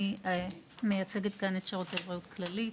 אני מייצגת את שירותי בריאות כללית.